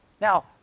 Now